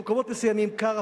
במקומות מסוימים קר,